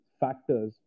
factors